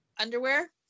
underwear